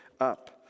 up